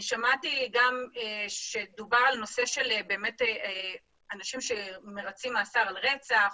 שמעתי שדובר על נושא אסירים שמרצים מאסר על רצח,